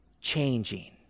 changing